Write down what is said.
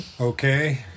Okay